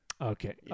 Okay